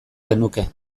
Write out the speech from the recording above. genuke